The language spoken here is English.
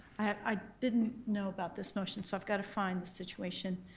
i didn't know about this motion so i've gotta find this situation.